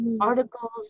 articles